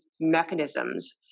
mechanisms